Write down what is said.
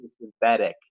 synthetic